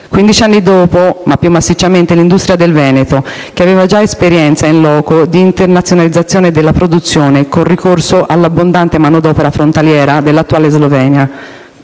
anni dopo, ma più massicciamente, ha iniziato l'industria del Veneto, che aveva già esperienza *in loco* di internazionalizzazione della produzione, con il ricorso all'abbondante manodopera frontaliera dell'attuale Slovenia